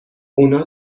اونا